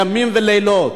ימים ולילות,